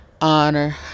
honor